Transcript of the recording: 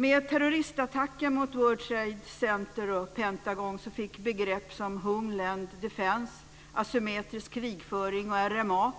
Med terroristattacken mot World Trade Center och Pentagon fick begrepp som Homeland Defense, assymetrisk krigföring och RMA,